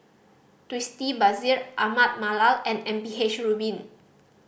Twisstii Bashir Ahmad Mallal and M P H Rubin